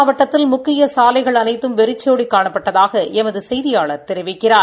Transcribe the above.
மாவட்டத்தில் முக்கிய சாலைகள் அனைத்தம் வெறிச்சோடி காணப்பட்டதாக எமது மகுரை செய்கியாளர் தெரிவிக்கிறார்